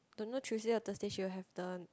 don't know Tuesday or Thursday she will have turn